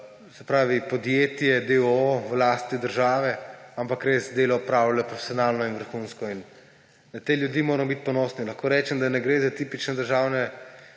se pravi podjetje deoo v lasti države, ampak res delo opravlja profesionalno in vrhunsko. Na te ljudi moramo biti ponosni. Lahko rečem, da ne gre za tipične državne